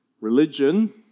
religion